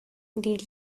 did